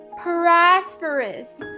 prosperous